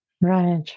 Right